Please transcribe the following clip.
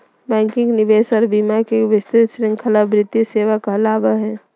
banking, निवेश आर बीमा के एक विस्तृत श्रृंखला वित्तीय सेवा कहलावय हय